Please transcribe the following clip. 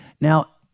now